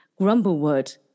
Grumblewood